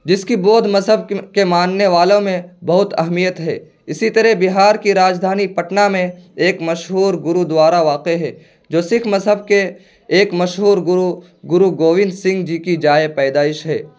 جس کی بودھ مذہب کے ماننے والوں میں بہت اہمیت ہے اسی طرح بہار کی راجدھانی پٹنہ میں ایک مشہور گرودوارا واقع ہے جو سکھ مذہب کے ایک مشہور گرو گرو گووند سنگھ جی کی جائے پیدائش ہے